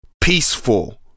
peaceful